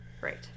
Right